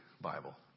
Bible